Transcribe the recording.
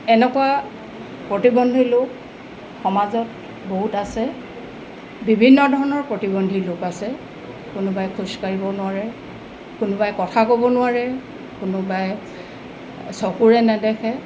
এনেকুৱা প্ৰতিবন্ধী লোক সমাজত বহুত আছে বিভিন্ন ধৰণৰ প্ৰতিবন্ধী লোক আছে কোনোবাই খোজকাঢ়িবও নোৱাৰে কোনোবাই কথা ক'ব নোৱাৰে কোনোবাই চকুৰে নেদেখে